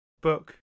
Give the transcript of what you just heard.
Book